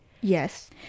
Yes